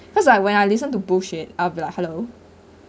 cause I when I listen to bullshit I would like hello